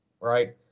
right